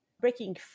breaking